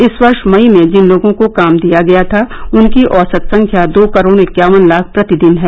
इस वर्ष मई में जिन लोगों को काम दिया गया था उनर्को औसत संख्या दो करोड़ इक्यावन लाख प्रतिदिन है